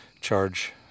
charge